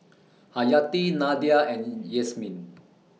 Hayati Nadia and Yasmin